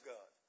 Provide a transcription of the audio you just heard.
God